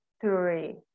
three